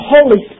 Holy